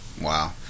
Wow